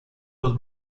los